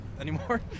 anymore